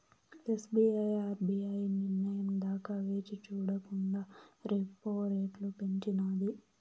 SBI RBI నిర్నయం దాకా వేచిచూడకండా రెపో రెట్లు పెంచినాది